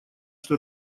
что